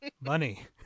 money